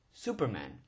Superman